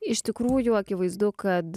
iš tikrųjų akivaizdu kad